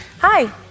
hi